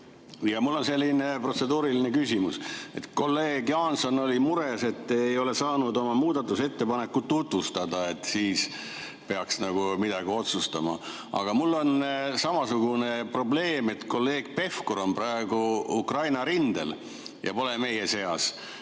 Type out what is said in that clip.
Mul on selline protseduuriline küsimus. Kolleeg Jaanson oli mures, et ei ole saanud oma muudatusettepanekut tutvustada, et siis peaks nagu midagi otsustama. Aga mul on samasugune probleem. Kolleeg Pevkur on praegu Ukraina rindel ega ole meie seas.